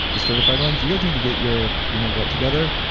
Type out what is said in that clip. the certified ones, you guys need to get your you know what together.